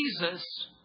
Jesus